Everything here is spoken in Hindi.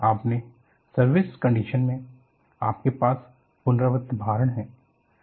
आपने सर्विस कन्डिशन में आपके पास पुनरावृत्त भारण है